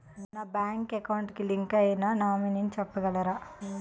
నా bank account కి link అయినా నామినీ చెప్పగలరా?